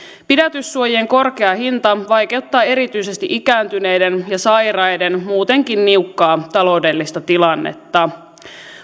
pidätyssuojien korkea hinta vaikeuttaa erityisesti ikääntyneiden ja sairaiden muutenkin niukkaa taloudellista tilannetta